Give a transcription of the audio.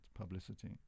publicity